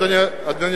אדוני